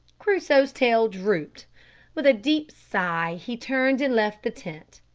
crusoe's tail drooped with a deep sigh he turned and left the tent.